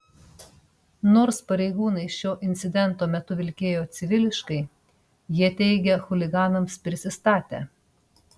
nors pareigūnai šio incidento metu vilkėjo civiliškai jie teigia chuliganams prisistatę